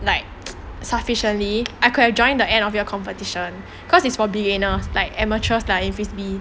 like sufficiently could have joined the end of year competition cause it's for beginners like amateurs lah in frisbee